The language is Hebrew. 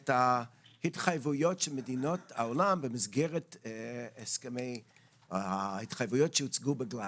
את ההתחייבויות של מדינות העולם במסגרת ההתחייבויות שהוצגו בגלזגו.